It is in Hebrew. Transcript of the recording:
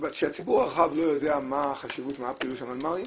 הציבור הרחב לא יודע מה החשיבות ומה הפעילות של המנמ"רים,